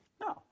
No